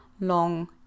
long